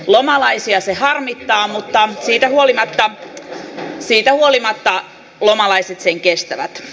lomalaisia se harmittaa mutta siitä huolimatta lomalaiset sen kestävät